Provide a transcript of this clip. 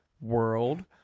world